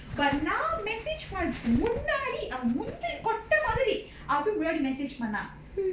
but நா:naa message பண்றதுக்கு முன்னாடி அவ முந்திரி கொட்ட மாதிரி அப்டி முன்னாடி:panradhukku munnaadi ava mundhiri kotta maadhiri apdi munnaadi message பண்ணா:pannaa